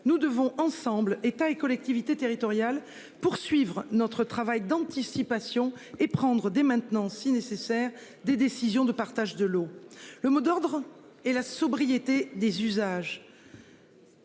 nous devons ensemble, État et collectivités territoriales, poursuivre notre travail d'anticipation et prendre dès maintenant si nécessaire des décisions de partage de l'eau. Le mot d'ordre et la sobriété des usages.